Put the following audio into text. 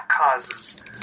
causes